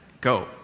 go